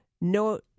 no